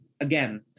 again